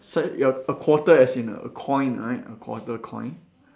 so your a quarter as in a a coin right a quarter coin